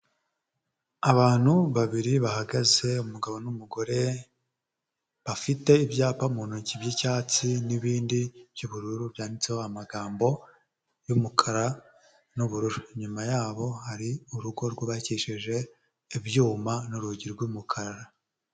Abantu babiri bahagaze umugabo n'umugore, bafite ibyapa mu ntoki by'icyatsi n'ibindi by'ubururu byanditseho amagambo y'umukara n'ubururu, inyuma yabo hari urugo rwubakishije ibyuma n'urugi rw'umukara.